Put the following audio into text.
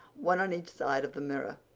one on each side of the mirror,